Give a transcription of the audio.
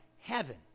heaven